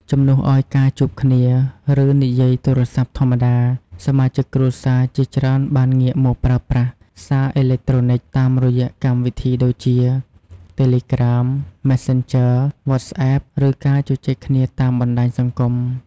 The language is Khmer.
ជំនួសឲ្យការជួបគ្នា ឬនិយាយទូរស័ព្ទធម្មតា សមាជិកគ្រួសារជាច្រើនបានងាកមកប្រើប្រាស់ សារអេឡិចត្រូនិច តាមរយៈកម្មវិធីដូចជា Telegram, Messenger, WhatsApp ឬការជជែកគ្នាតាម បណ្តាញសង្គម។